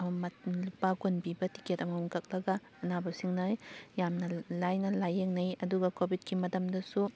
ꯂꯨꯄꯥ ꯀꯨꯟ ꯄꯤꯕ ꯇꯤꯀꯦꯠ ꯑꯃꯃꯝ ꯀꯛꯂꯒ ꯑꯅꯥꯕꯁꯤꯡꯅ ꯌꯥꯝꯅ ꯂꯥꯏꯅ ꯂꯥꯏꯌꯦꯡꯅꯩ ꯑꯗꯨꯒ ꯀꯣꯚꯤꯠꯀꯤ ꯃꯇꯝꯗꯁꯨ